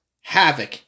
havoc